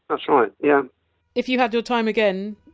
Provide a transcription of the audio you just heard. that's right. yeah if you had your time again,